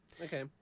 Okay